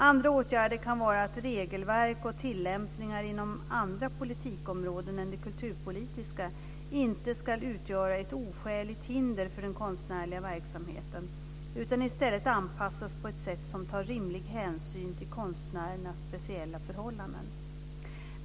Andra åtgärder kan vara att regelverk och tillämpningar inom andra politikområden än det kulturpolitiska inte ska utgöra ett oskäligt hinder för den konstnärliga verksamheten, utan i stället anpassas på ett sätt som tar rimlig hänsyn till konstnärernas speciella förhållanden.